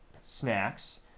snacks